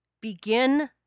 begin